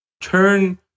turn